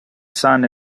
son